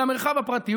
למרחב הפרטי,